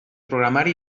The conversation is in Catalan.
programari